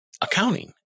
accounting